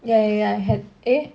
ya ya ya I have eh